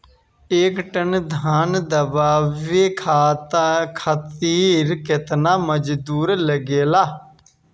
एक टन धान दवावे खातीर केतना मजदुर लागेला?